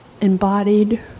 embodied